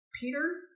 Peter